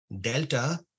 delta